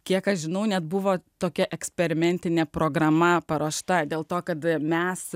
kiek aš žinau net buvo tokia eksperimentinė programa paruošta dėl to kad mes